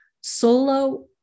solo